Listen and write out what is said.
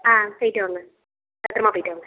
ஆ போயிவிட்டு வாங்க பத்தரமாக போயிவிட்டு வாங்க